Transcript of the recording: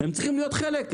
הם צריכים להיות חלק,